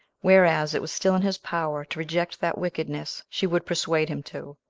whereas it was still in his power to reject that wickedness she would persuade him to,